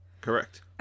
Correct